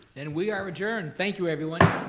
then we are adjourned, thank you everyone.